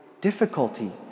difficulty